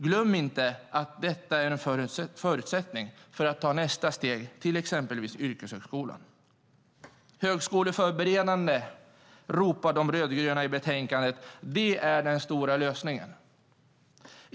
Glöm inte att detta är en förutsättning för att ta nästa steg, till exempel till yrkeshögskolan. Högskoleförberedande är den stora lösningen, ropar de rödgröna i betänkandet.